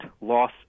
loss